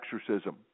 exorcism